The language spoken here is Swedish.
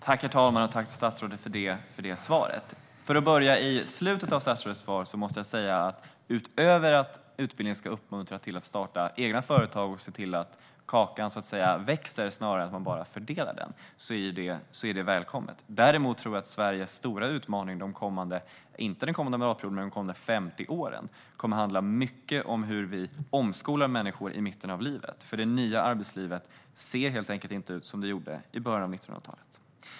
Herr talman! Tack till statsrådet för det svaret! För att börja i slutet av statsrådets svar måste jag säga att det är välkommet att utbildningen ska uppmuntra till att starta egna företag och se till att kakan växer snarare än att man bara fördelar den. Däremot tror jag att Sveriges stora utmaning, inte den kommande mandatperioden men de kommande 50 åren, kommer att handla mycket om hur vi omskolar människor i mitten av livet. Det nya arbetslivet ser helt enkelt inte ut som det gjorde i början av 1900-talet.